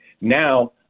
now